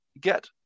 get